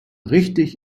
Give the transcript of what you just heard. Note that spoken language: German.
richtig